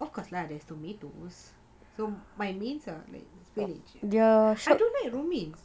of course lah there's tomatoes so my mains are like spinach I don't like romaines